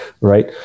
right